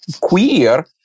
queer